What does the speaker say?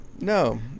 No